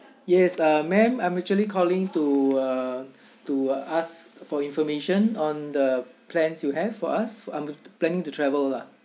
yes um ma'am I'm actually calling to uh to ask for information on the plans you have for us I'm planning to travel lah